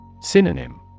Synonym